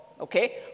okay